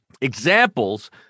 examples